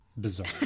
bizarre